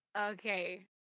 Okay